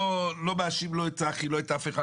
ואני לא מאשים את צחי ולא אף אחד,